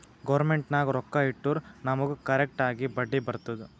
government ನಾಗ್ ರೊಕ್ಕಾ ಇಟ್ಟುರ್ ನಮುಗ್ ಕರೆಕ್ಟ್ ಆಗಿ ಬಡ್ಡಿ ಬರ್ತುದ್